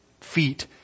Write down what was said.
feet